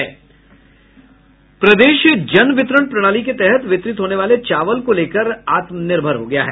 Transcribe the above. प्रदेश जनवितरण प्रणाली के तहत वितरित होने वाले चावल को लेकर आत्मनिर्भर हो गया है